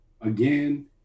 again